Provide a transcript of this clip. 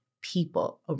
people